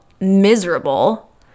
miserable